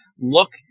look